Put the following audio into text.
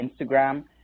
Instagram